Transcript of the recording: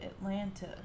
Atlanta